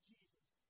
Jesus